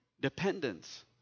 dependence